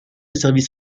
service